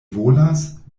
volas